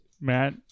Matt